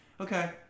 okay